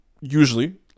usually